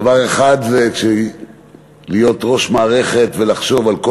דבר אחד זה להיות ראש מערכת ולחשוב על כל